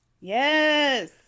Yes